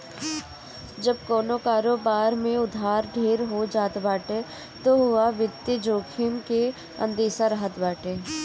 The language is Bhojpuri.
जब कवनो कारोबार में उधार ढेर हो जात बाटे तअ उहा वित्तीय जोखिम के अंदेसा रहत बाटे